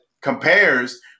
compares